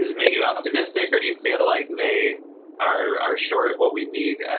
make you optimistic? or do you feel like they are short of what we need?